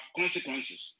consequences